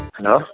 Hello